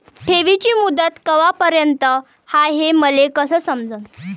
ठेवीची मुदत कवापर्यंत हाय हे मले कस समजन?